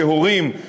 כהורים,